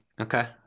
Okay